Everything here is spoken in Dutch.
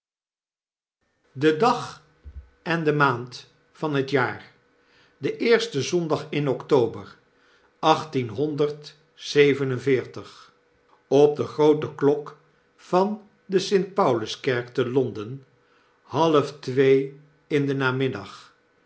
de dag en de maand van hetjaar deeerste zondag in october achttienhonderd zeven en veertig op de groote klok van de st pauluskerk te londen half twee in den namiddag